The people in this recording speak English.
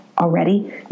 already